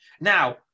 Now